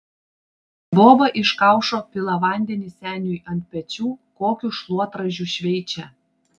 boba iš kaušo pila vandenį seniui ant pečių kokiu šluotražiu šveičia